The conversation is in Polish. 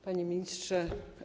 Panie Ministrze!